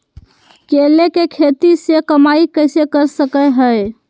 केले के खेती से कमाई कैसे कर सकय हयय?